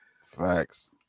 Facts